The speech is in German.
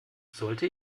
sollte